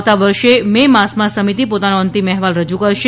આવતા વર્ષે મે માસમાં સમિતિ પોતાનો અંતિમ અહેવાલ રજુ કરશે